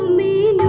me